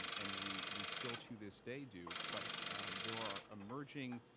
and we we still to this day do, but there are emerging